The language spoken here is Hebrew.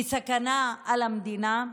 וסכנה על המדינה,